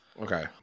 Okay